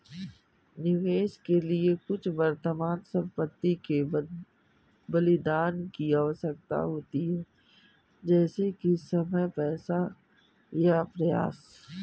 निवेश के लिए कुछ वर्तमान संपत्ति के बलिदान की आवश्यकता होती है जैसे कि समय पैसा या प्रयास